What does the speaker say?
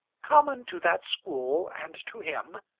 common to that school and to him,